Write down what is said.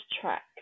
track